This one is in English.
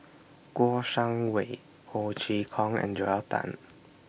Kouo Shang Wei Ho Chee Kong and Joel Tan